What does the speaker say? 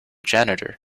janitor